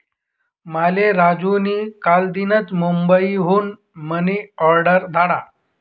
माले राजू नी कालदीनच मुंबई हुन मनी ऑर्डर धाडा